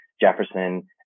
Jefferson